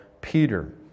Peter